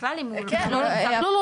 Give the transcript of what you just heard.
בכלל אם הוא -- אנחנו כל הזמן